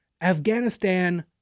Afghanistan